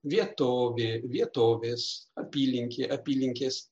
vietovė vietovės apylinkė apylinkės